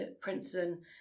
Princeton